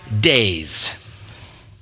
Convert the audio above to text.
days